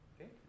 Okay